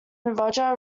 roger